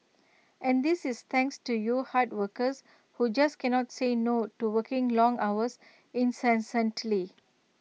and this is thanks to you hard workers who just cannot say no to working long hours incessantly